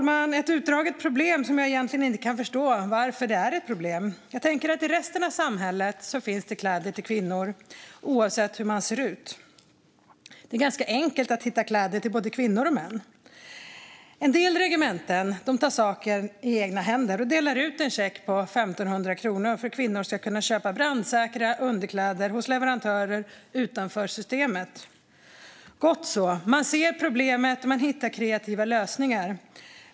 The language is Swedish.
Detta är ett utdraget problem som jag egentligen inte kan förstå varför det är ett problem. I resten av samhället finns det kläder till kvinnor oavsett hur de ser ut. Det är ganska enkelt att hitta kläder till både kvinnor och män. En del regementen tar saken i egna händer och delar ut en check på 1 500 kronor för att kvinnor ska kunna köpa brandsäkra underkläder hos leverantörer utanför systemet. Det är gott så. Man ser problemet och hittar kreativa lösningar.